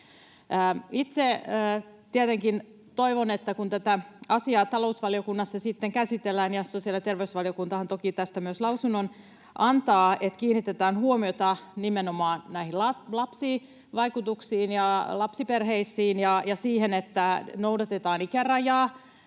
toivon, että kun tätä asiaa talousvaliokunnassa sitten käsitellään — ja sosiaali- ja terveysvaliokuntahan toki tästä myös lausunnon antaa — että kiinnitetään huomiota nimenomaan näihin lapsivaikutuksiin ja lapsiperheisiin ja siihen, että noudatetaan ikärajaa